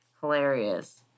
Hilarious